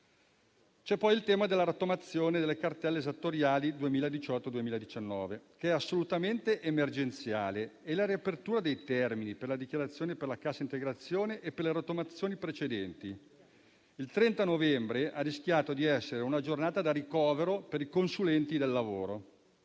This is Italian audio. C'è poi il tema della rottamazione delle cartelle esattoriali 2018/2019, che è assolutamente emergenziale, e della riapertura dei termini per la dichiarazione per la cassa integrazione e per le rottamazioni precedenti. Il 30 novembre ha rischiato di essere una giornata da ricovero per i consulenti del lavoro